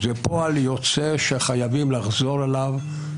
ישראל נמצאת במקום שקוראים לו flawed